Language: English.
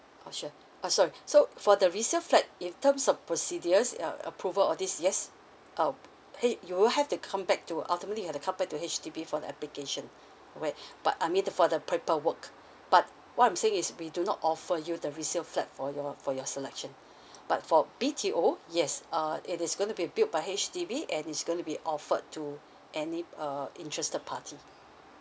orh sure uh sorry so for the resale flat in terms of procedures uh approval all these yes um you will have to come back to ultimately you have to come back to H_D_B for the application okay but I mean the for the paperwork but what I'm saying is we do not offer you the resale flat for your for your selection but for B_T_O yes uh it is going to be built by H_D_B and it's going to be offered to any uh interested party